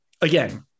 again